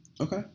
Okay